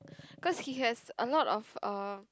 cause he has a lot of um